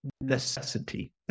necessity